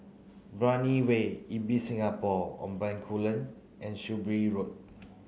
Brani Way Ibis Singapore on Bencoolen and Shrewsbury Road